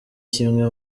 kimwe